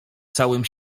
całym